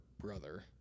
brother